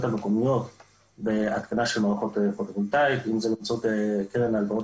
המקומיות בהתקנה של מערכות פוטו-וולטאיות באמצעות קרן ההלוואות